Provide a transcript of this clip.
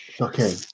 Okay